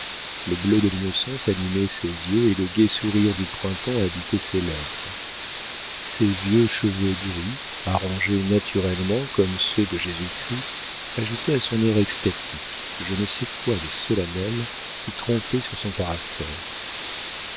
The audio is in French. le bleu de l'innocence animait ses yeux et le gai sourire du printemps habitait ses lèvres ses vieux cheveux gris arrangés naturellement comme ceux de jésus-christ ajoutaient à son air extatique je ne sais quoi de solennel qui trompait sur son caractère